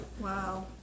Wow